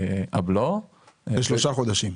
הבלו --- לשלושה חודשים?